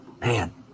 man